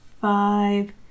five